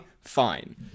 fine